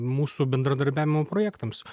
mūsų bendradarbiavimo projektams